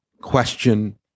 question